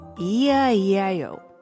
E-I-E-I-O